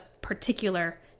particular